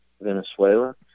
Venezuela